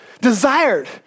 desired